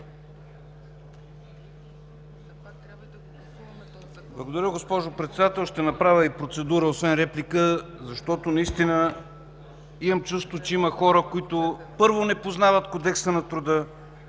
Благодаря, госпожо Председател. Ще направя и процедура освен реплика, защото наистина имам чувството, че има хора, които, първо, не познават Кодекса на труда,